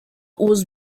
was